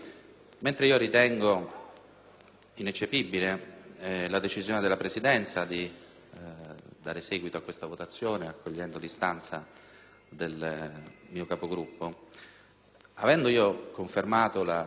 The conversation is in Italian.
ineccepibile la decisione della Presidenza di dare seguito a questa votazione accogliendo l'istanza del mio Capogruppo, avendo io confermato la relazione,